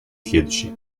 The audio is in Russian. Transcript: следующее